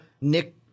Nick